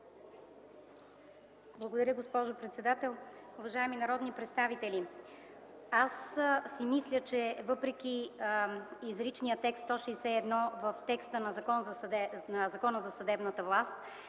Благодаря, госпожо председател. Уважаеми народни представители, мисля си, че въпреки изричния текст на чл. 161 в Закона за съдебната власт,